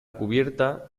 cubierta